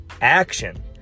action